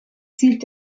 zielt